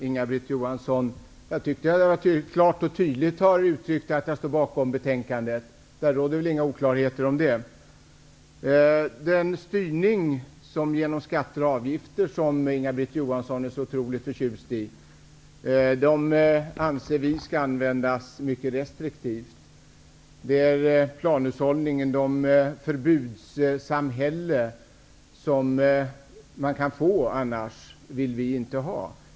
Herr talman! Jag tycker att jag klart och tydligt har uttryckt att jag står bakom betänkandet. Det råder väl inga oklarheter om det. Den styrning genom skatter och avgifter som Inga Britt Johansson är så otroligt förtjust i anser vi skall användas mycket restriktivt. Det förbudssamhälle som man kan få annars vill vi inte ha.